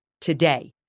today